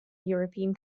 european